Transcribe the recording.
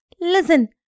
listen